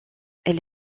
elle